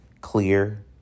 clear